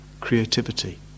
creativity